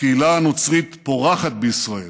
הקהילה הנוצרית פורחת בישראל,